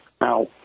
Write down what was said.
Now